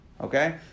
okay